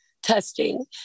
testing